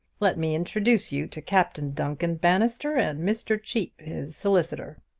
let me introduce you to captain duncan bannister and mr. cheape, his solicitor.